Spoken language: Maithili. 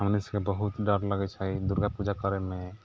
हमनि सभके बहुत डर लगै छै दुर्गा पूजा करैमे